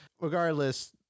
regardless